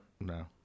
No